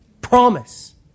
promise